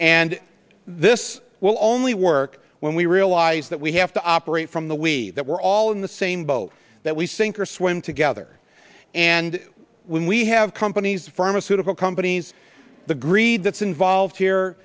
and this will only work when we realize that we have to operate from the way that we're all in the same boat that we sink or swim together and when we have companies pharmaceutical companies the greed that's involved